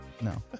No